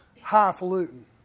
highfalutin